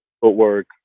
footwork